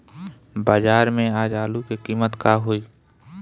बाजार में आज आलू के कीमत का होई?